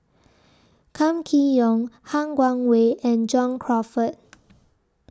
Kam Kee Yong Han Guangwei and John Crawfurd